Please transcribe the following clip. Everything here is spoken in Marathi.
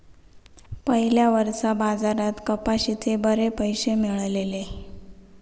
पयल्या वर्सा बाजारात कपाशीचे बरे पैशे मेळलले